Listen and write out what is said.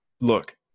look